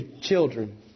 children